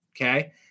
Okay